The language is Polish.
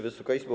Wysoka Izbo!